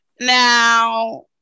Now